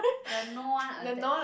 the no one attach